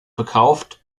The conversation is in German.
verkauft